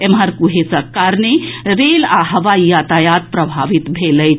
एम्हर कुहेसक कारणे रेल आ हवाई यातायात प्रभावित भेल अछि